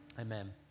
Amen